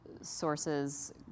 sources